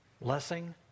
blessing